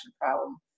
problem